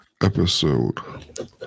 episode